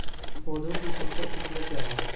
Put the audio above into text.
पौधों की संकर किस्में क्या हैं?